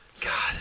God